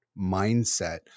mindset